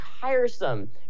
tiresome